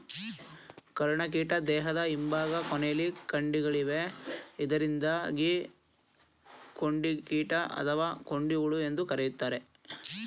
ಕರ್ಣಕೀಟ ದೇಹದ ಹಿಂಭಾಗ ಕೊನೆಲಿ ಕೊಂಡಿಗಳಿವೆ ಇದರಿಂದಾಗಿ ಕೊಂಡಿಕೀಟ ಅಥವಾ ಕೊಂಡಿಹುಳು ಅಂತ ಕರೀತಾರೆ